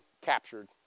captured